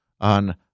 on